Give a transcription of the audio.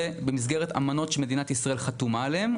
זה במסגרת אמנות שמדינת ישראל חתומה עליהן,